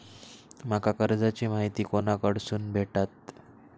माका कर्जाची माहिती कोणाकडसून भेटात?